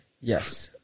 Yes